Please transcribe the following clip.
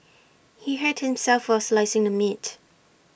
he hurt himself while slicing the meat